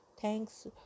Thanks